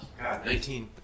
19